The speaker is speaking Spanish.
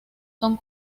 son